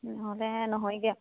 নহ'লে নহয়গে